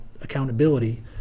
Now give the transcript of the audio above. accountability